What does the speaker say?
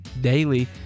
daily